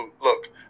look